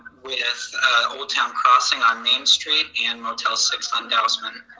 with olde town crossing on main street and motel six on dousman.